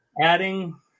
Adding